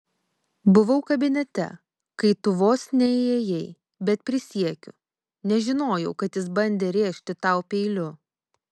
buvau kabinete kai tu vos neįėjai bet prisiekiu nežinojau kad jis bandė rėžti tau peiliu